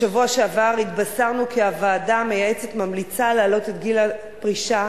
בשבוע שעבר התבשרנו כי הוועדה המייעצת ממליצה להעלות את גיל הפרישה